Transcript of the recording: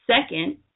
Second